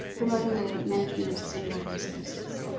promoting the management of sustainable resources.